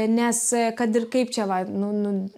nes kad ir kaip čia va nu nu